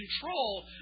control